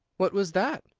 what was that?